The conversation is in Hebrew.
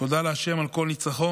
תודה להשם על כל ניצחון,